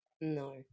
No